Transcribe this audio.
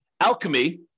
Alchemy